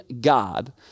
God